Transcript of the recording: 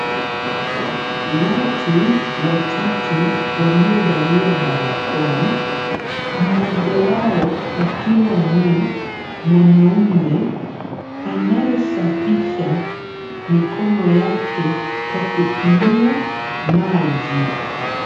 Watu watatu waliovalia barakoa, mmoja wao akiwa ni mwanaume anayesafisha mikono yake kwa kutumia maji.